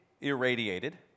irradiated